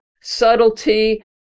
subtlety